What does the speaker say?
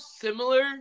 similar